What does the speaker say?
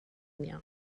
union